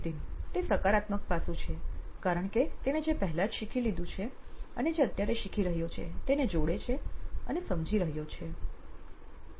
નીતિન તે સકારાત્મક પાસું છે કારણ કે તેણે જે પહેલા જ શીખી લીધું છે અને જે અત્યારે શીખી રહ્યો છે તેને જોડે છે અને સમજી રહ્યો છે